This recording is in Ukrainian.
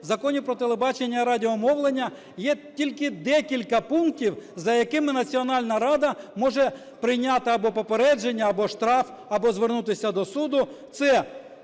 в Законі "Про телебачення і радіомовлення" є тільки декілька пунктів, за якими Національна рада може прийняти або попередження, або штраф, або звернутися до суду